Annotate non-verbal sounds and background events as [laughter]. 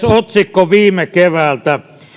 [unintelligible] otsikko viime keväältä